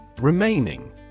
Remaining